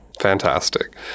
fantastic